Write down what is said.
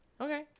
okay